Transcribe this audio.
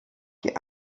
die